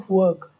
work